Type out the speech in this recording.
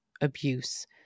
abuse